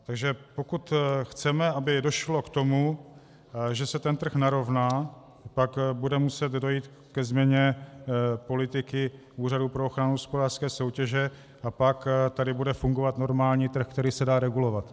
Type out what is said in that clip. Takže pokud chceme, aby došlo k tomu, že se ten trh narovná, tak bude muset dojít ke změně politiky Úřadu pro ochranu hospodářské soutěže, a pak tady bude fungovat normální trh, který se dá regulovat.